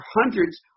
hundreds